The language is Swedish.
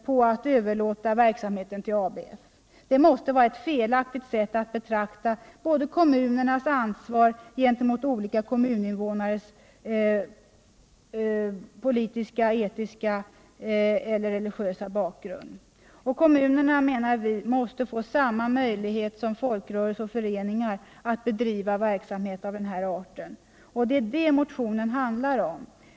på att överlåta verksamheten till ABF. Det måste vara ett felaktigt sätt att se på kommunens ansvar gentemot olika kommuninvånare med tanke på deras politiska, etiska eller religiösa bakgrund. Vi menar att kommunerna måste få samma möjlighet som föreningar och folkrörelser att bedriva verksamhet av den här arten. Det är detta motionen handlar om.